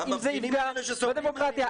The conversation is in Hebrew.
המפגינים הם אלה שסובלים מאלימות.